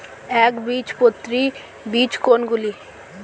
একবীজপত্রী বীজ কোন গুলি?